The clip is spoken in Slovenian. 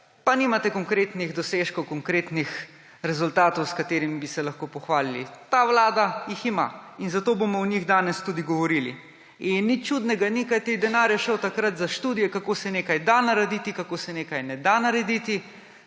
pa nimate konkretnih dosežkov, konkretnih rezultatov, s katerimi bi se lahko pohvalili. Ta vlada jih ima in zato bomo o njih danes tudi govorili. Nič čudnega ni, kajti denar je šel takrat za študije, kako se nekaj da narediti, kako se nečesa ne da narediti,